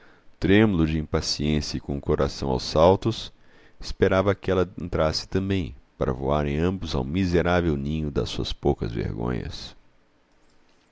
trêmulo de impaciência e com o coração aos saltos esperava que ela entrasse também para voarem ambos ao miserável ninho das suas poucas vergonhas